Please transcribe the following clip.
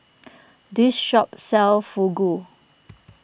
this shop sells Fugu